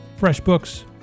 FreshBooks